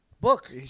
book